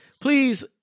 please